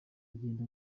agenda